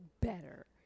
better